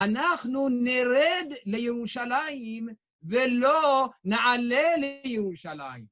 אנחנו נרד לירושלים ולא נעלה לירושלים.